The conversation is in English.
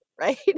right